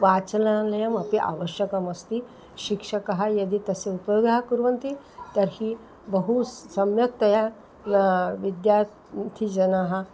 वाचनालयमपि आवश्यकमस्ति शिक्षकः यदि तस्य उपयोगः कुर्वन्ति तर्हि बहु सम्यक्तया विद्यार्थिजनाः